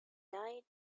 died